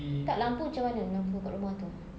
tak lampu macam mana lampu dekat rumah itu